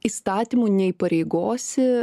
įstatymu neįpareigosi